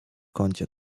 kącie